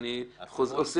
נחמן, אני עכשיו